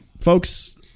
folks